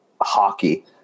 hockey